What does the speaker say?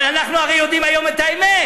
אבל אנחנו הרי יודעים היום את האמת: